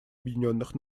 объединенных